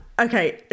Okay